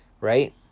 right